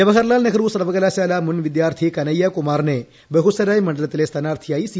ജവഹർലാൽനെഹ്റു സർവ്വകലാശാല മുൻ വിദ്യാർത്ഥി കനയ്യകുമാറിനെ ബഹുസരായ് മണ്ഡലത്തിലെ സ്ഥാനാർത്ഥിയായി സി